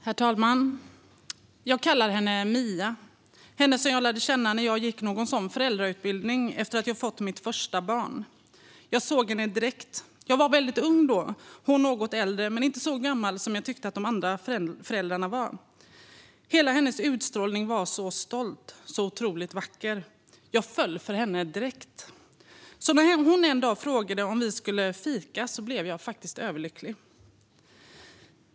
Herr talman! Jag kallar henne Mia - hon som jag lärde känna när jag gick någon föräldrautbildning efter att jag fått mitt första barn. Jag såg henne direkt. Jag var väldigt ung då; hon var något äldre men inte så gammal som jag tyckte att de andra föräldrarna var. Hela hennes utstrålning var så stolt och så otroligt vacker. Jag föll för henne direkt, så när hon en dag frågade om vi skulle fika blev jag faktiskt överlycklig.